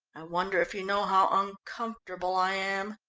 wonder if you know how uncomfortable i am?